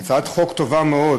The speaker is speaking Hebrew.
הצעת החוק טובה מאוד.